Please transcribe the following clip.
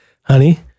Honey